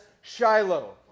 Shiloh